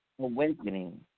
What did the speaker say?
awakening